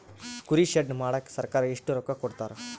ಕುರಿ ಶೆಡ್ ಮಾಡಕ ಸರ್ಕಾರ ಎಷ್ಟು ರೊಕ್ಕ ಕೊಡ್ತಾರ?